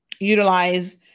utilize